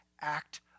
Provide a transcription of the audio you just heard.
act